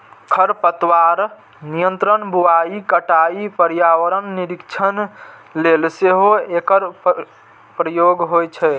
खरपतवार नियंत्रण, बुआइ, कटाइ, पर्यावरण निरीक्षण लेल सेहो एकर प्रयोग होइ छै